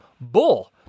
Bull